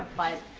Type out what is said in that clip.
but.